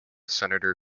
senator